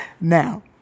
Now